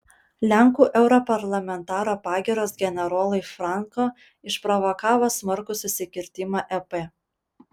lenkų europarlamentaro pagyros generolui franco išprovokavo smarkų susikirtimą ep